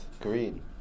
green